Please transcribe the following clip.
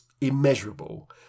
immeasurable